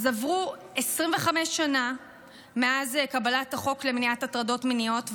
אז עברו 25 שנה מאז קבלת החוק למניעת הטרדות מיניות,